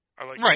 Right